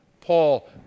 Paul